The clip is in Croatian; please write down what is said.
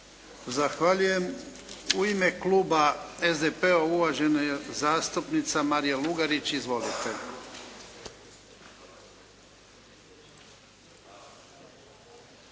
Zahvaljujem. U ime Kluba SDP-a uvažena zastupnica Marija Lugarić. Izvolite.